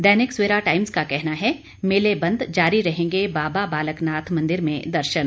दैनिक Savera Times का कहना है मेले बंद जारी रहेंगे बाबा बालक नाथ मंदिर में दर्शन